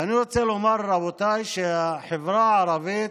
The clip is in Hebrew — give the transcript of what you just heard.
ואני רוצה לומר, רבותיי, שהחברה הערבית,